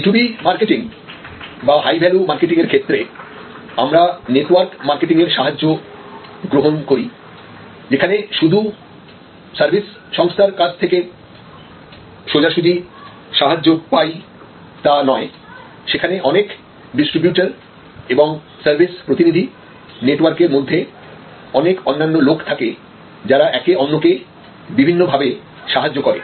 B2B marketing এ বা high value মার্কেটিংয়ের ক্ষেত্রে আমরা নেটওয়ার্ক মার্কেটিং এর সাহায্য গ্রহণ করি যেখানে শুধু সার্ভিস সংস্থার কাছ থেকে সোজাসুজি সাহায্য পাই তা নয় সেখানে অনেক ডিস্ট্রিবিউটর এবং সার্ভিস প্রতিনিধি নেটওয়ার্কের মধ্যে অনেক অন্যান্য লোক থাকে যারা একে অন্যকে বিভিন্ন ভাবে সাহায্য করে